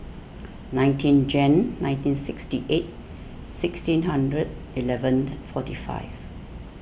nineteen Jan nineteen sixty eight sixteen hundred eleven and forty five